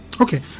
Okay